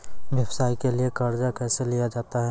व्यवसाय के लिए कर्जा कैसे लिया जाता हैं?